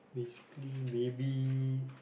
basically maybe